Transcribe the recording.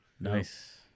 Nice